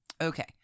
Okay